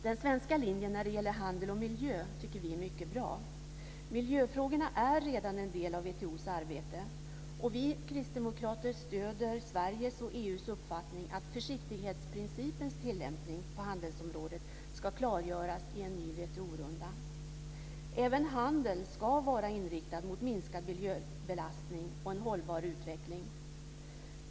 Den svenska linjen när det gäller handel och miljö tycker vi är mycket bra. Miljöfrågorna är redan en del av WTO:s arbete, och vi kristdemokrater stöder Sveriges och EU:s uppfattning att försiktighetsprincipens tillämpning på handelsområdet ska klargöras i en ny WTO-runda. Även handeln ska vara inriktad på minskad miljöbelastning och hållbar utveckling.